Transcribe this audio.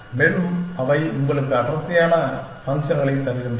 மேலும் அவை உங்களுக்கு அடர்த்தியான ஃபங்க்ஷன்களைத் தருகின்றன